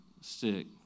stick